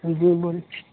جی بول